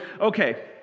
okay